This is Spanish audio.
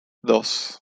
dos